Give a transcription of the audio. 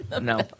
no